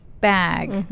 bag